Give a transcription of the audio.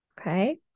okay